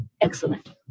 excellent